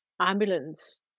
ambulance